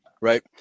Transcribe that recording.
right